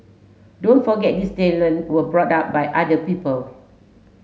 don't forget these talent were brought up by other people